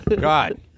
God